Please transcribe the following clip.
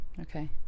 okay